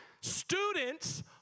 Students